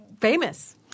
famous